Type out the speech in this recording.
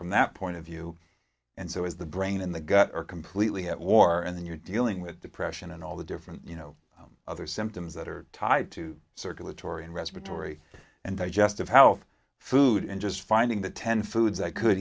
from that point of view and so is the brain in the gut are completely at war and then you're dealing with depression and all the different you know other symptoms that are tied to circulatory and respiratory and digest of health food and just finding the ten foods i could